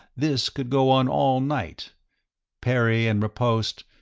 this could go on all night parry and riposte,